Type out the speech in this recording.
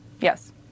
Yes